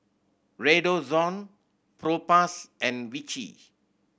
Redoxon Propass and Vichy